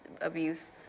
abuse